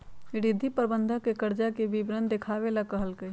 रिद्धि प्रबंधक के कर्जा के विवरण देखावे ला कहलकई